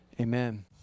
amen